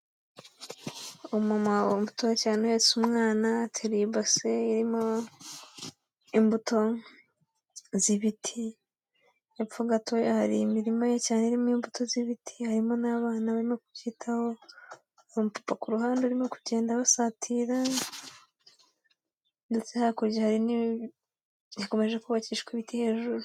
Umumama muto cyane uhetse umwana. Ateruye ibase irimo imbuto z'ibiti. Hepfo gatoya hari imirima ye cyane irimo imbuto z'ibiti harimo n'abana barimo kubyitaho. Hari umupapa ku ruhande urimo kugenda abasatira. Ndetse hakurya hari hakomeje kubakishwa ibiti hejuru.